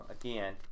again